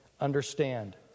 Understand